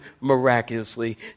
miraculously